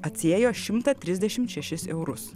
atsiėjo šimtą trisdešim šešis eurus